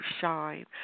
shine